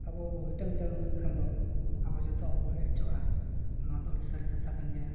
ᱟᱵᱚ ᱵᱚᱱ ᱦᱤᱴᱟᱹᱝ ᱡᱷᱟᱲᱚᱝ ᱞᱮᱱᱠᱷᱟᱱ ᱫᱚ ᱟᱵᱚ ᱡᱚᱛᱚᱣᱟᱜ ᱵᱚᱱ ᱮᱲᱮ ᱦᱚᱪᱚᱜᱼᱟ ᱱᱚᱣᱟ ᱫᱚ ᱟᱹᱰᱤ ᱥᱟᱹᱨᱤ ᱠᱟᱛᱷᱟ ᱠᱟᱱ ᱜᱮᱭᱟ